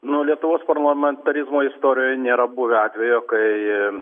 nu lietuvos parlamentarizmo istorijoj nėra buvę atvejo kai